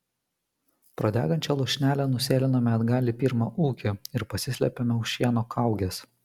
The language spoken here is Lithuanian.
pro degančią lūšnelę nusėlinome atgal į pirmą ūkį ir pasislėpėme už šieno kaugės